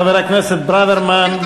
חבר הכנסת ברוורמן,